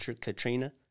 Katrina